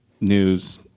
news